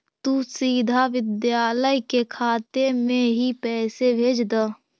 तु सीधा विद्यालय के खाते में ही पैसे भेज द